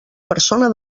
persona